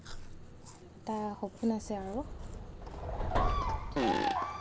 এটা সপোন আছে আৰু